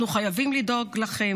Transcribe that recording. אנחנו חייבים לדאוג לכם.